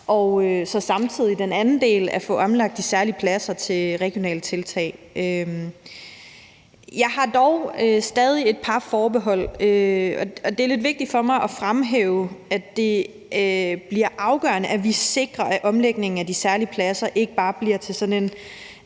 så samtidig den anden del om at få omlagt de særlige pladser til regionale tiltag. Jeg har dog stadig et par forbehold, og det er lidt vigtigt for mig at fremhæve, at det bliver afgørende, at vi sikrer, at omlægningen af de særlige pladser ikke bare bliver til sådan en